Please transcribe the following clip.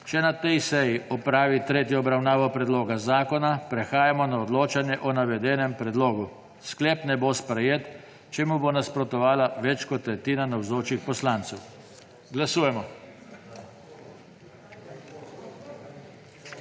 še na tej seji opravi tretjo obravnavo predloga zakona, prehajamo na odločanje o navedenem predlogu. Sklep ne bo sprejet, če mu bo nasprotovala več kot tretjina navzočih poslancev. Glasujemo.